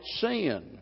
sin